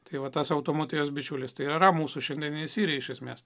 tai va tas automotiejus bičiulis tai ir yra mūsų šiandieninė siri iš esmės